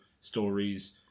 stories